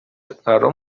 ترا